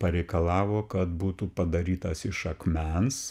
pareikalavo kad būtų padarytas iš akmens